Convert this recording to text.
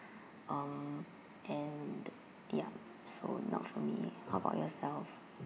uh and ya so not for me how about yourself